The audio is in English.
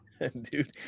dude